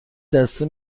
دسته